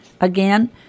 again